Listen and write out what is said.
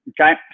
okay